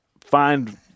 find